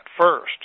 first